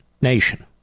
nation